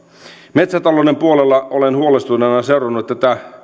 metsätalouden puolella olen huolestuneena seurannut tätä